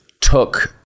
took